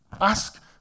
Ask